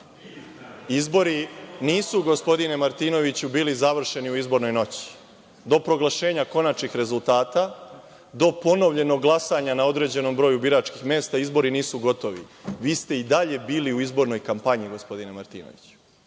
Izbori nisu gospodine Martinoviću bili završeni u izbornoj noći, do proglašenja konačnih rezultata, do ponovljenog glasanja na određenom broju biračkih mesta izbori nisu gotovi. Vi ste i dalje bili izbornoj kampanje, gospodine Martinoviću.